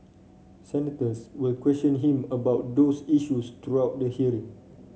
senators will question him about those issues throughout the hearing